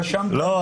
לא.